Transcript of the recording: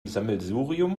sammelsurium